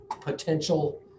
potential